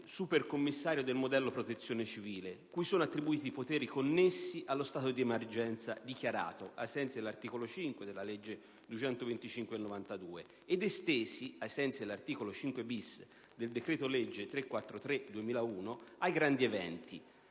super commissario del modello protezione civile, cui sono attribuiti i poteri connessi allo stato di emergenza, dichiarato ai sensi dell'articolo 5 della legge n. 225 del 1992, ed estesi, ai sensi dell'articolo 5-*bis* del decreto-legge n. 343 del 2001, ai grandi eventi.